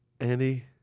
Andy